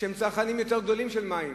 שהם צרכנים יותר גדולים של מים.